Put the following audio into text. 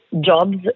jobs